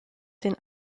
den